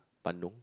Bandung